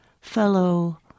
fellow